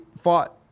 fought